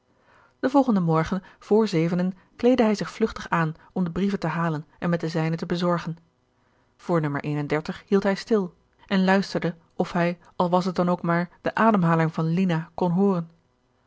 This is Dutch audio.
den volgenden morgen vr zevenen kleedde hij zich vluchtig aan om de brieven te halen en met de zijne te bezorgen voor no hield hij stil en luisterde of hij al was het dan ook maar de ademhaling van lina kon hooren